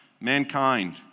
mankind